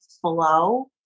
flow